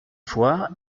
fois